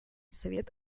совет